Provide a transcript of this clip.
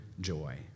joy